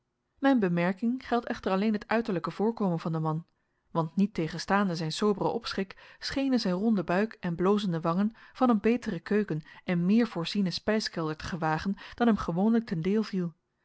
mijn bemerking geldt echter alleen het uiterlijke voorkomen van den man want niettegenstaande zijn soberen opschik schenen zijn ronde buik en blozende wangen van een betere keuken en meer voorzienen spijskelder te gewagen dan hem gewoonlijk ten deel viel